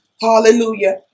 Hallelujah